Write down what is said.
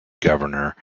governor